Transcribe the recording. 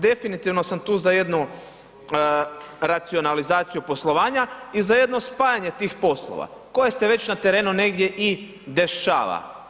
Definitivno sam tu za jednu racionalizaciju poslovanja i za jedno spajanje tih poslova koje se već na terenu negdje i dešava.